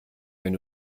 wenn